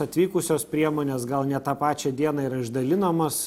atvykusios priemonės gal ne tą pačią dieną yra išdalinamos